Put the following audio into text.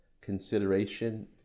consideration